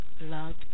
love